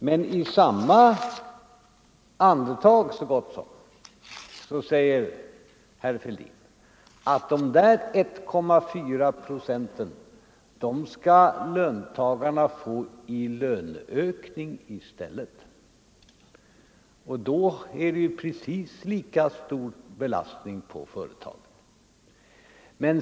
Men i så gott som samma andetag säger herr Fälldin att dessa 1,4 procent skall löntagarna i stället få i löneökning. Då är det precis lika stor belastning på företagen.